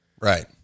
Right